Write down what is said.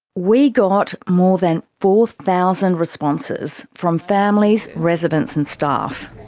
we got more than four thousand responses from families, residents, and staff.